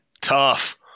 tough